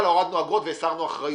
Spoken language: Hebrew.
הורדנו אגרות והסרנו אחריות,